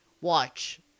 watch